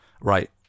right